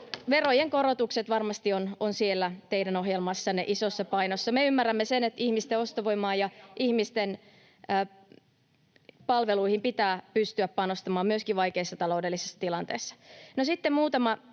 verojen korotukset varmasti ovat siellä teidän ohjelmassanne isossa painossa. Me ymmärrämme sen, että ihmisten ostovoimaan ja ihmisten palveluihin pitää pystyä panostamaan myöskin vaikeassa taloudellisessa tilanteessa. No, sitten ihan muutama